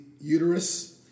uterus